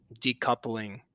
decoupling